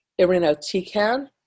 irinotecan